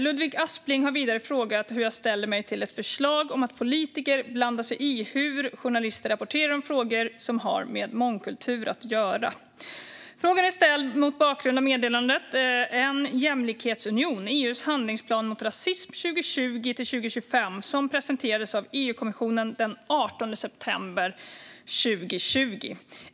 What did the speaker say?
Ludvig Aspling har vidare frågat hur jag ställer mig till ett förslag om att politiker blandar sig i hur journalister rapporterar om frågor som har med mångkultur att göra. Frågan är ställd mot bakgrund av meddelandet En jämlikhetsunion: EU:s handlingsplan mot rasism 2020 - 2025 som presenterades av EU-kommissionen den 18 september 2020.